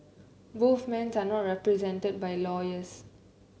both men turn not represented by lawyers